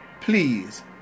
Please